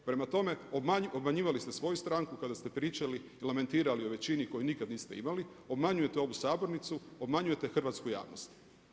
Prema tome, obmanjivali ste svoju stranku kada ste pričali i lamentirali o većini koju nikad niste imali, obmanjujete ovu sabornicu, obmanjujete hrvatsku javnost.